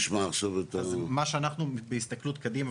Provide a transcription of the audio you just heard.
מה שאנחנו בהסתכלות קדימה,